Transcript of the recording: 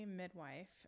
midwife